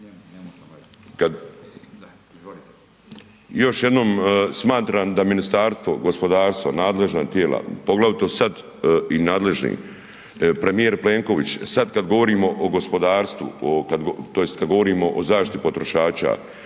Još jednom smatram da Ministarstvo gospodarstva, nadležna tijela, poglavito sad i nadležni premijer Plenković, sad kad govorimo o gospodarstvu o tj. kad govorimo o zaštiti potrošača,